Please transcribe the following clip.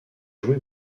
joué